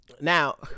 now